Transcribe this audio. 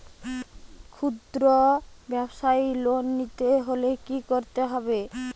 খুদ্রব্যাবসায় লোন নিতে হলে কি করতে হবে?